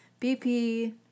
BP